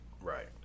Right